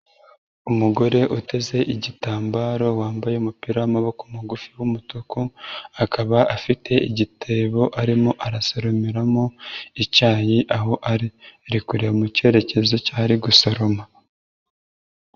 Umugore uteze igitambaro wambaye umupira w'amaboko magufi w'umutuku, akaba afite igitebo arimo arasaruriramo icyayi, aho ari arikureba mu cyerekezo cy'aho ari gusoroma.